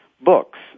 books